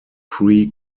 pre